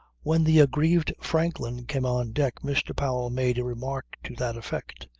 when the aggrieved franklin came on deck mr. powell made a remark to that effect.